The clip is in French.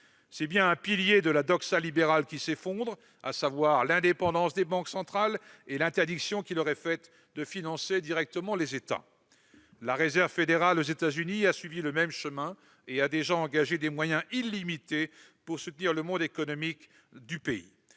C'est bien un pilier de la doxa libérale qui s'effondre, à savoir l'indépendance des banques centrales et l'interdiction qui leur est faite de financer directement les États. La Réserve fédérale aux États-Unis a suivi le même chemin et a déjà engagé des moyens illimités pour soutenir l'économie du pays.